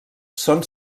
són